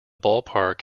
ballpark